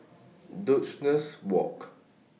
Duchess Walk